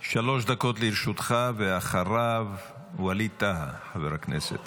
שלוש דקות לרשותך, ואחריו, חבר הכנסת